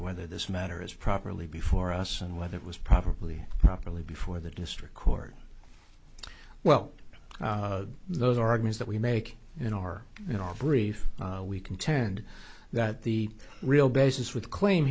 h whether this matter is properly before us and whether it was probably properly before the district court well those organs that we make in our in our brief we contend that the real basis with claim